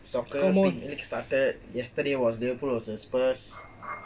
soccer big league started yesterday was liverpool versus spurs